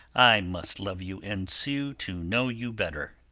i must love you, and sue to know you better.